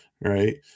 right